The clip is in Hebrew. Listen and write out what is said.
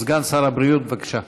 סגן שר הבריאות, בבקשה.